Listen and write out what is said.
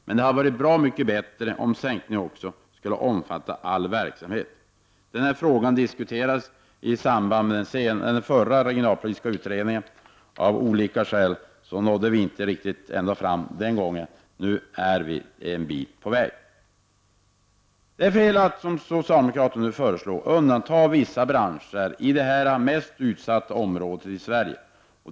Men det hade varit bra mycket bättre om sänkningen också hade omfattat all verksamhet. Frågan diskuterades ju i samband med förra regionalpolitiska utredningen. Av olika skäl nådde vi inte riktigt ända fram den gången. Men nu har vi kommit en bit på vägen. Det är fel att, som socialdemokraterna nu föreslår, undanta vissa branscher i de aktuella områdena, som ju är de mest utsatta områdena i Sverige.